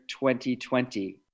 2020